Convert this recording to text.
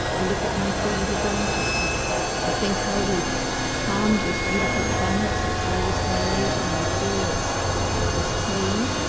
i look at my three little grandchildren and think how we've harmed this beautiful planet since i was their age and i feel this this pain,